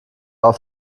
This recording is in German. auf